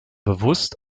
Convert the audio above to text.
bewusst